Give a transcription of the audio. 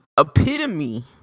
epitome